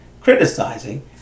criticizing